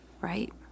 Right